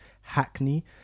Hackney